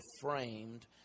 framed